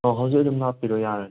ꯑꯣ ꯍꯧꯖꯤꯛ ꯑꯗꯨꯝ ꯂꯥꯛꯄꯤꯔꯣ ꯌꯥꯔꯅꯤ